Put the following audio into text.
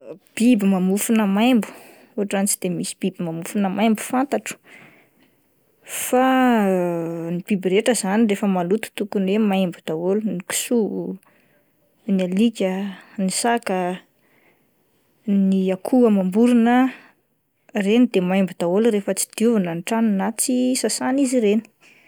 Biby mamofona maimbo, ohatran'ny tsy de misy biby mamofona maimbo fantatro fa ny biby rehetra izany rehefa maloto tokony hoe maimbo daholo, ny kisoa, ny alika, ny saka, ny akoho amam-borona, ireny de maimbo daholo rehefa tsy diovina ny tranony na tsy sasaina izy ireny.